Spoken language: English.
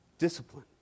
Discipline